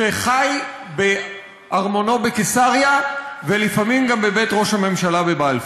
שחי בארמונו בקיסריה ולפעמים גם בבית ראש הממשלה בבלפור.